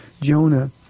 Jonah